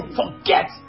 forget